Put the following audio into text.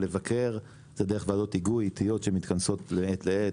לבקר זה דרך ועדות היגוי עתיות שמתכנסות מעת לעת.